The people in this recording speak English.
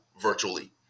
virtually